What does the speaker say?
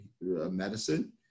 medicine